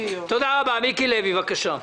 מיקי לוי, בבקשה.